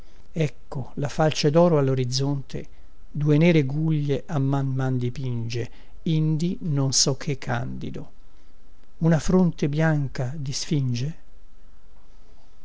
ecco la falce doro allorizzonte due nere guglie a man a man dipinge indi non so che candido una fronte bianca di sfinge